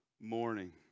morning